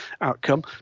outcome